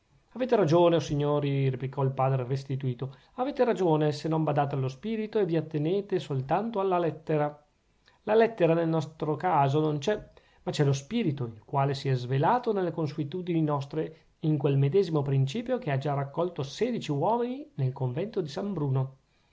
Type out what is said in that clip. avete ragione o signori replicò il padre restituto avete ragione se non badate allo spirito e vi attenete soltanto alla lettera la lettera nel caso nostro non c'è ma c'è lo spirito il quale si è svelato nelle consuetudini nostre e in quel medesimo principio che ha già raccolto sedici uomini nel convento di san bruno